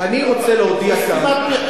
אני רוצה להודיע כאן,